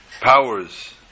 powers